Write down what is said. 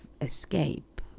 escape